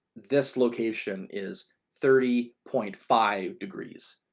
this location is thirty point five degrees,